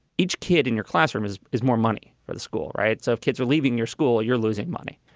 each kid in your classroom is is more money for the school. right. so if kids are leaving your school, you're losing money.